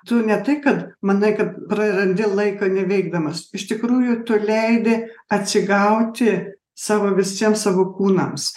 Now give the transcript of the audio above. tu ne tai kad manai kad prarandi laiką neveikdamas iš tikrųjų tu leidi atsigauti savo visiems savo kūnams